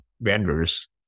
vendors